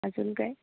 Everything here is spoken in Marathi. अजून काय